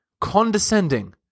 condescending